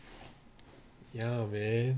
ya man